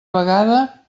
vegada